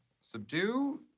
subdue